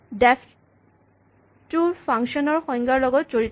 deaf টো function ৰ সংজ্ঞাৰ লগত জড়িত